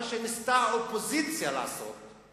מה שניסתה האופוזיציה לעשות זה